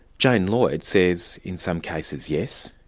jane lloyd says in some cases, yes.